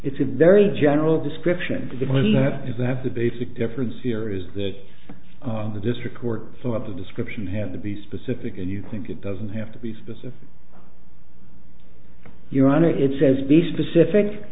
it's a very general description is that the basic difference here is that the district court saw the description have to be specific and you think it doesn't have to be specific your honor it says be specific